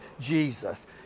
Jesus